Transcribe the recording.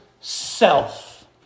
self